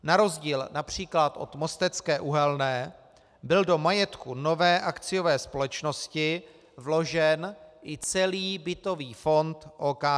Na rozdíl například od Mostecké uhelné byl do majetku nové akciové společnosti vložen i celý bytový fond OKD.